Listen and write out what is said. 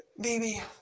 baby